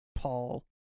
Paul